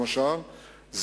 למשל,